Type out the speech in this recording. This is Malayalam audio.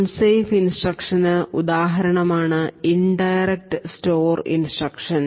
അൺ സേഫ് ഇൻസ്ട്രക്ഷന് ഉദാഹരണമാണ് ഇൻഡയറക്ട് സ്റ്റോർ ഇൻസ്ട്രക്ഷൻ